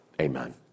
Amen